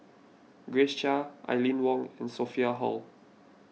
Grace Chia Aline Wong and Sophia Hull